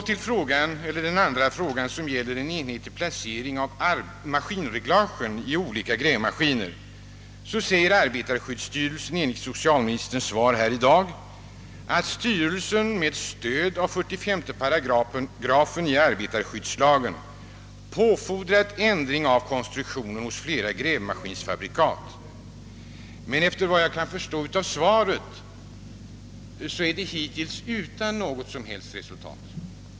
Till den andra frågan, om en enhetlig placering av maskinreglagen i olika grävmaskiner, säger arbetarskyddsstyrelsen enligt socialministerns svar här i dag, att styrelsen med stöd av 45 § arbetarskyddslagen påfordrar ändring av konstruktionen hos flera grävmaskinsfabrikat, men efter vad jag kan förstå av svaret hittills utan något som helst resultat.